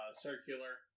circular